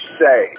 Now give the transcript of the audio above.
say